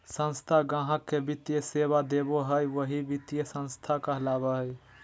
संस्था गाहक़ के वित्तीय सेवा देबो हय वही वित्तीय संस्थान कहलावय हय